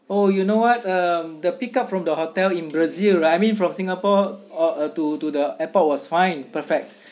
oh you know what um the pick up from the hotel in brazil right I meant from singapore oh uh to to the airport was fine perfect